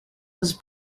was